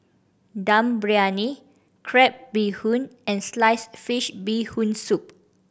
Dum Briyani crab bee hoon and sliced fish Bee Hoon Soup